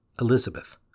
Elizabeth